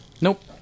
nope